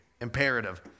imperative